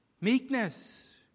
meekness